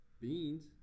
beans